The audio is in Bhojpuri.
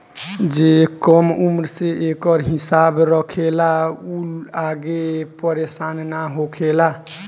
जे कम उम्र से एकर हिसाब रखेला उ आगे परेसान ना होखेला